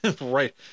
Right